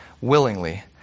willingly